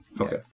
Okay